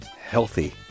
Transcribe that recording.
healthy